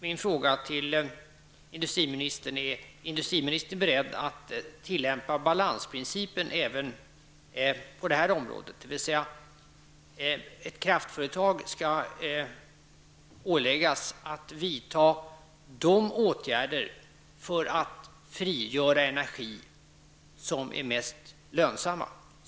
Min fråga är: Är industriministern beredd att tillämpa balansprincipen även på detta område, dvs. att ett kraftföretag skall åläggas att vidta de åtgärder för att frigöra energi som är mest lönsamma?